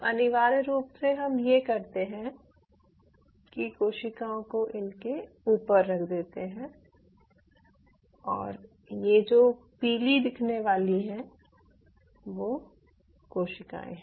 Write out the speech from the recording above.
तो अनिवार्य रूप से हम ये करते हैं कि कोशिकाओं को इनके ऊपर रख देते हैं और ये जो पीली दिखने वाली हैं वो कोशिकाओं हैं